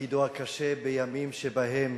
בתפקידו הקשה בימים שבהם